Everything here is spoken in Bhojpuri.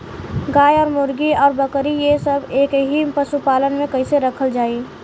गाय और मुर्गी और बकरी ये सब के एक ही पशुपालन में कइसे रखल जाई?